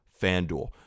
FanDuel